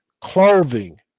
clothing